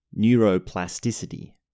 neuroplasticity